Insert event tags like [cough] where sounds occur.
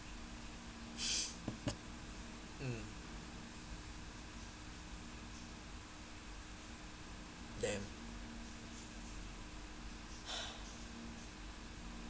[laughs] mm damn